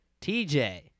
TJ